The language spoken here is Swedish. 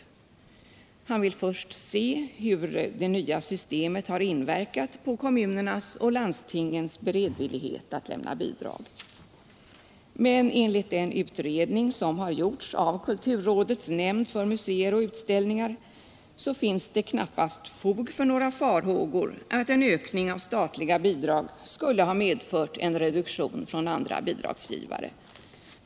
Han vill först se hur det nya systemet har inverkat på kommunernas och landstingens beredvillighet att lämna bidrag. Men enligt den utredning som har gjorts av kulturrådets nämnd för museer och utställningar finns det knappast fog för några farhågor att en ökning av statliga bidrag skulle ha medfört en reduktion från andra bidragsgivare.